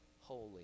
holy